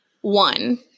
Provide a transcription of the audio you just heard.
One